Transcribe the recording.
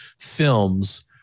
films